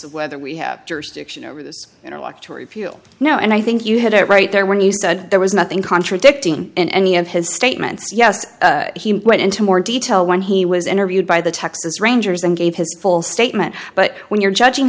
of whether we have jurisdiction over this interlock to repeal no and i think you had it right there when you said there was nothing contradicting in any of his statements yes he went into more detail when he was interviewed by the texas rangers and gave his full statement but when you're judging